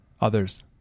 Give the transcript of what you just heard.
others